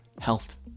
health